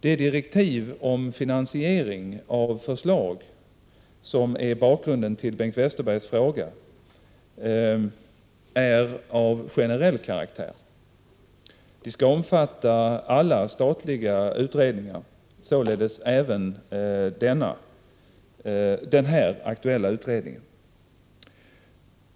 De direktiv om finansiering av förslag som är bakgrunden till Bengt Westerbergs fråga är av generell karaktär. De skall omfatta alla statliga utredningar, således även den här aktuella utredningen.